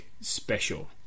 special